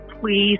please